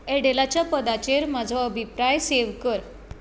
एर्डेलाच्या पदाचेर म्हजो अभिप्राय सेव्ह कर